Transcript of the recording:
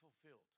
fulfilled